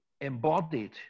embodied